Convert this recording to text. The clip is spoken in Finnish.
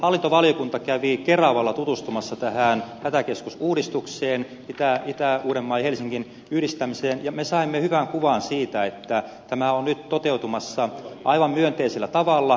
hallintovaliokunta kävi keravalla tutustumassa tähän hätäkeskusuudistukseen itä uudenmaan ja helsingin hätäkeskusten yhdistämiseen ja me saimme hyvän kuvan siitä että tämä on nyt toteutumassa aivan myönteisellä tavalla